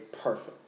perfect